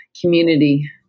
Community